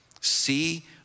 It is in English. see